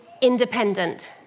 independent